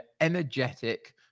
energetic